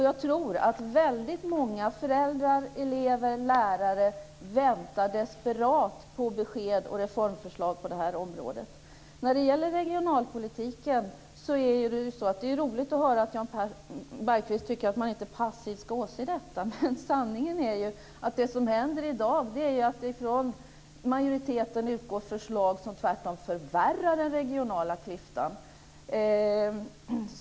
Jag tror att väldigt många föräldrar, elever och lärare väntar desperat på besked och reformförslag på det här området. När det gäller regionalpolitiken är det ju roligt att höra att Jan Bergqvist tycker att man inte passivt ska åse detta. Men sanningen är ju att det från majoriteten i dag utgår förslag som tvärtom förvärrar den regionala klyftan.